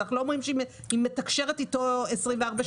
אנחנו לא אומרים שהיא מתקשרת איתו 24/7,